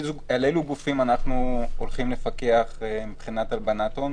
גופים אנחנו הולכים לפקח מבחינת הלבנת הון.